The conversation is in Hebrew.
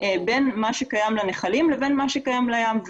בין מה שקיים לנחלים למה שקיים לים.